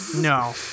No